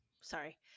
sorry